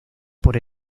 por